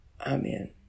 Amen